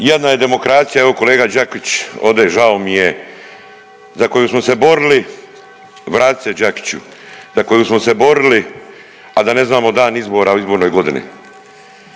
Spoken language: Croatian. Jadna je demokracija evo kolega Đakić ode žao mi je za koju smo se borili, vrati se Đakiću, za koju smo se borili, a da ne znamo dan izbora u izbornoj godini.